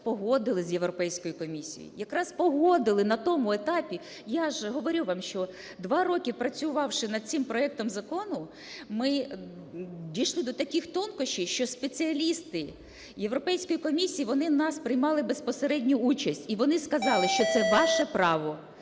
якраз погодили з Європейською комісією, якраз погодили на тому етапі. Я ж говорю вам, що 2 роки працювавши над цим проектом закону, ми дійшли до таких тонкощів, що спеціалісти Європейської комісії, вони у нас приймали безпосередню участь і вони сказали, що це ваше право.